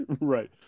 right